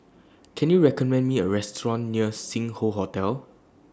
Can YOU recommend Me A Restaurant near Sing Hoe Hotel